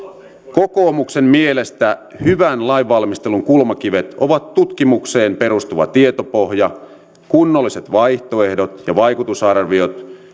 kokoomuksen mielestä hyvän lainvalmistelun kulmakivet ovat tutkimukseen perustuva tietopohja kunnolliset vaihtoehdot ja vaikutusarviot